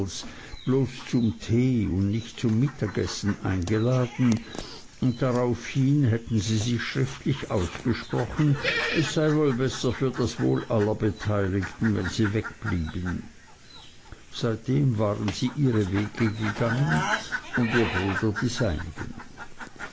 bloß zum tee und nicht zum mittagessen eingeladen und daraufhin hätten sie sich schriftlich ausgesprochen es sei wohl besser für das wohl aller beteiligten wenn sie wegblieben seitdem waren sie ihre wege gegangen und ihr bruder die